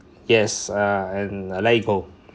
yes uh and let it go